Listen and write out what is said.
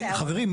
חברים,